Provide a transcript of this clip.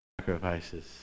sacrifices